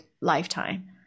lifetime